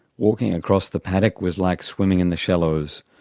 walking across the paddock was like swimming in the shallows,